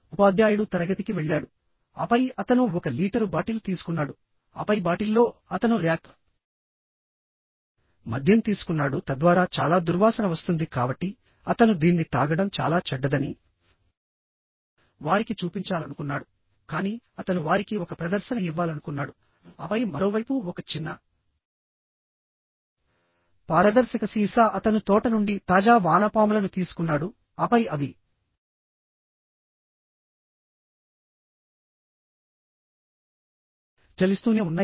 ఉపాధ్యాయుడు తరగతికి వెళ్ళాడు ఆపై అతను ఒక లీటరు బాటిల్ తీసుకున్నాడు ఆపై బాటిల్లో అతను ర్యాక్ మద్యం తీసుకున్నాడుతద్వారా చాలా దుర్వాసన వస్తుంది కాబట్టిఅతను దీన్ని తాగడం చాలా చెడ్డదని వారికి చూపించాలనుకున్నాడుకానీ అతను వారికి ఒక ప్రదర్శన ఇవ్వాలనుకున్నాడు ఆపై మరోవైపు ఒక చిన్న పారదర్శక సీసా అతను తోట నుండి తాజా వానపాములను తీసుకున్నాడు ఆపై అవి చలిస్తూనే ఉన్నాయి